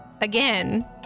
again